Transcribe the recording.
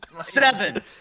seven